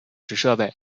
设备